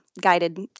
guided